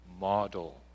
model